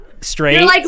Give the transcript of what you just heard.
straight